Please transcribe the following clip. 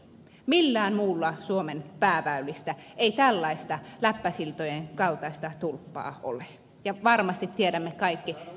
millään muulla suomen pääväylistä ei tällaista läppäsiltojen kaltaista tulppaa ole sen varmasti tiedämme kaikki